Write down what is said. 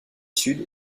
sud